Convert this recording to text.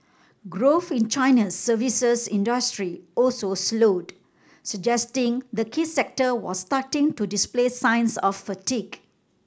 growth in China's services industry also slowed suggesting the key sector was starting to display signs of fatigue